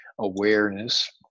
awareness